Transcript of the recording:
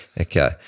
Okay